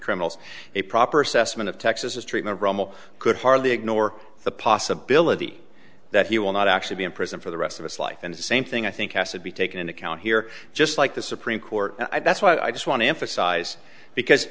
criminals a proper assessment of texas is treatment romel could hardly ignore the possibility that he will not actually be in prison for the rest of his life and the same thing i think has to be taken into account here just like the supreme court i that's why i just want to emphasize because